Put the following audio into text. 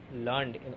learned